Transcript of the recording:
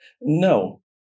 No